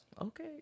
okay